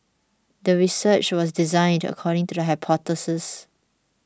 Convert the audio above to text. the research was designed according to the hypothesis